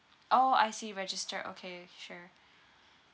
orh I see registered okay sure